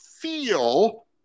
feel